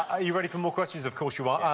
are you ready for more questions? of course you are.